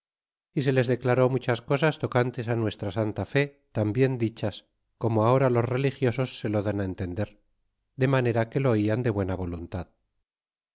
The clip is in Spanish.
y se les declaró muchas cosas tocantes á nuestra santa fe tan bien dichas como ahora los religiosos se lo dan entender de manera que lo oian de buena voluntad